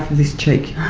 this cheek!